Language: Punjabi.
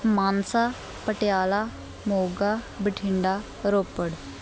ਮਾਨਸਾ ਪਟਿਆਲਾ ਮੋਗਾ ਬਠਿੰਡਾ ਰੋਪੜ